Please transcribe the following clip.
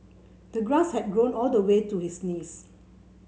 the grass had grown all the way to his knees